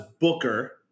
Booker